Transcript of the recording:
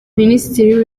minisitiri